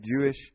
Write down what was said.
Jewish